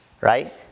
right